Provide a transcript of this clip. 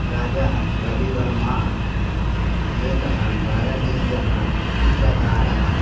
राजा रविवर्मा एकः भारतीयः चित्रकारः